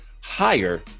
higher